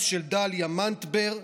דין ירושלים ודין ירוחם אותו דבר,